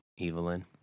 Evelyn